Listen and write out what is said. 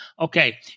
okay